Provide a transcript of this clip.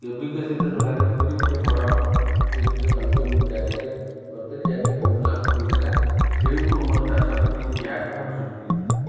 କେ V K ସହିତ ଯୋଗାଯୋଗ କରି ଗୋଟେ ବଡ଼ ଫିଲ୍ଡରେ ପାଞ୍ଚ ଗୁଣ୍ଠ ଜାଗାରେ କରିଥିଲି ଯାହାକି ବହୁତ ଲାଭ ହୋଇଥିଲା ସେଉଠୁ ମୋର ଚାଷ ପ୍ରତି ଗୋଟିଏ ଆଗ୍ରହ ସୃଷ୍ଟି ହେଇଥିଲା